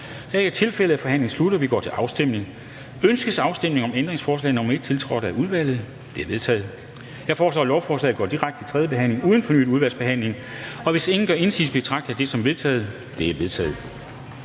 Kl. 13:24 Afstemning Formanden (Henrik Dam Kristensen): Ønskes afstemning om ændringsforslag nr. 1, tiltrådt af udvalget? Det er vedtaget. Jeg foreslår, at lovforslaget går direkte til tredje behandling uden fornyet udvalgsbehandling, og hvis ingen gør indsigelse, betragter jeg det som vedtaget. Det er vedtaget.